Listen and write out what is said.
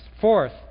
Fourth